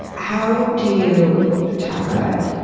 how do you talk about it?